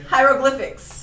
Hieroglyphics